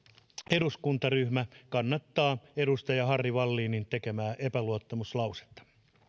eduskuntaryhmä kannattaa edustaja harry wallinin tekemää epäluottamuslausetta